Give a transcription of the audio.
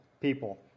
people